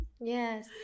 Yes